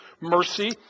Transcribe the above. mercy